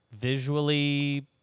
visually